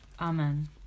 Amen